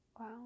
Wow